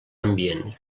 ambient